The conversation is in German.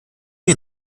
den